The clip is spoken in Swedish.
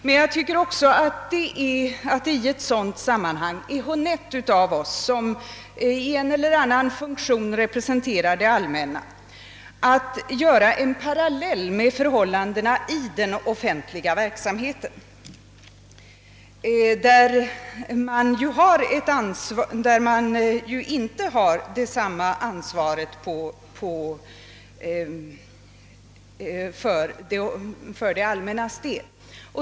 Men jag tycker också att det i ett sådant sammanhang är honett av oss, som i en eller annan funktion representerar det allmänna, att dra en parallell med förhållandena i den offentliga verksamheten, där det ju inte föreligger samma ansvar för det allmännas del.